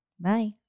Bye